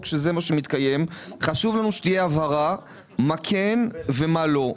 שזה מה שמתקיים חשוב לנו שתהיה הבהרה מה כן ומה לא.